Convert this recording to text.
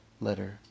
letter